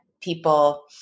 people